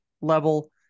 level